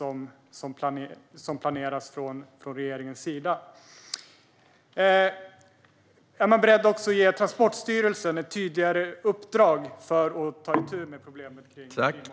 Är man också beredd att ge Transportstyrelsen ett tydligare uppdrag att ta itu med problemet kring bilmålvakter?